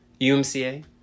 umca